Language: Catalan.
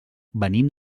venim